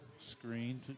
screen